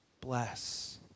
bless